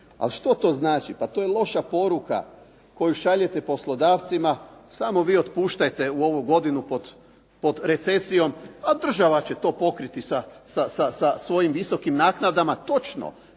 Ali što to znači, pa to je loša poruka koju šaljete poslodavcima, samo vi otpuštajte u ovu godinu pod recesijom, a država će to pokriti sa svojim visokim naknadama. Točno.